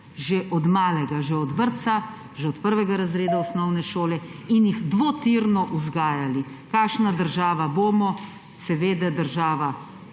že od malega, že od vrtca, že od prvega razreda osnovne šole in jih dvotirno vzgajali. Kakšna država bomo? Seveda država